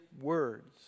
words